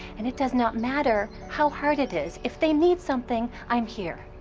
and it does not matter how hard it is. if they need something, i'm here.